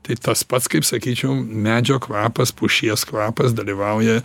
tai tas pats kaip sakyčiau medžio kvapas pušies kvapas dalyvauja